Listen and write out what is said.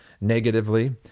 negatively